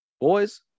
boys